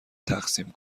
تقسیم